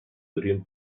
podrien